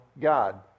God